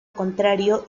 contrario